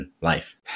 life